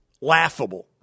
laughable